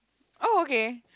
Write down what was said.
oh okay